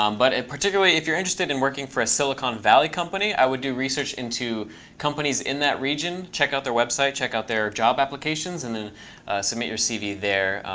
um but and particularly if you're interested in working for a silicon valley company, i would do research into companies in that region. check out their website. check out their job applications. and then submit your cv there.